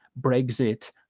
brexit